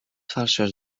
falsos